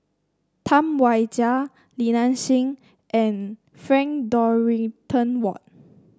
Tam Wai Jia Li Nanxing and Frank Dorrington Ward